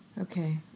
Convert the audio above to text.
Okay